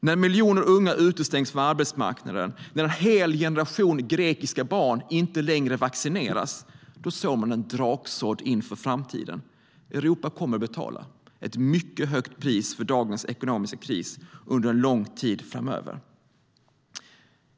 När miljoner unga utestängs från arbetsmarknaden, när en hel generation grekiska barn inte längre vaccineras, då sår man en draksådd inför framtiden. Europa kommer att betala ett mycket högt pris för dagens ekonomiska kris under lång tid framöver.